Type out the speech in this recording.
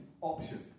option